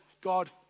God